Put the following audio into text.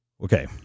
okay